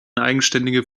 eigenständige